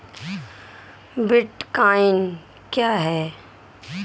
Bitcoin क्या है?